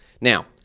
Now